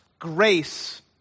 grace